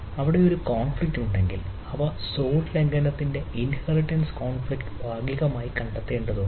അവിടെ ഒരു കോൺഫ്ലിക്റ് ഉണ്ടെങ്കിൽ അവ സോഡ് ലംഘനത്തിന്റെ ഇൻഹെറിറ്റൻസ് കോൺഫ്ലിക്റ് ഭാഗികമായി കണ്ടെത്തേണ്ടതുണ്ട്